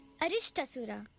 aristasura.